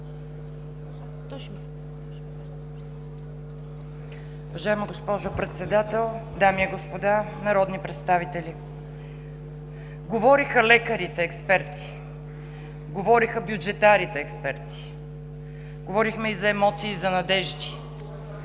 Уважаема госпожо Председател, дами и господа народни представители! Говориха лекарите експерти, говориха бюджетарите експерти. Говорихме за емоции и за надежди.